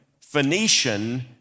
Phoenician